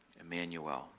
Emmanuel